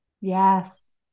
Yes